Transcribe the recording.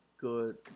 good